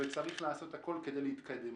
וצריך לעשות הכול כדי להתקדם.